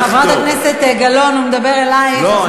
חברת הכנסת גלאון, הוא מדבר אלייך, אז